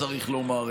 צריך לומר,